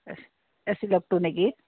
এচিলকটো নেকি